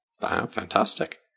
Fantastic